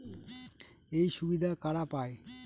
এই সুবিধা কারা পায়?